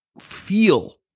feel